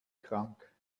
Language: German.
krank